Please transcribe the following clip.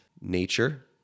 Nature